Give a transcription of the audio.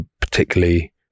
particularly